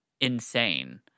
insane